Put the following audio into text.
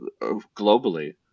globally